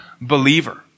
Believer